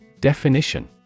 Definition